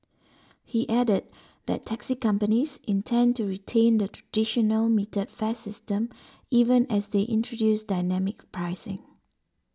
he added that taxi companies intend to retain the traditional metered fare system even as they introduce dynamic pricing